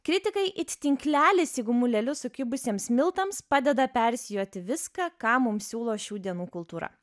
kritikai it tinklelis į gumulėlius sukibusiems miltams padeda persijoti viską ką mums siūlo šių dienų kultūra